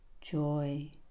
joy